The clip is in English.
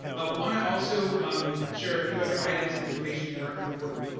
want to also um share a few other items of information that are important.